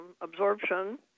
absorption